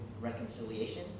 reconciliation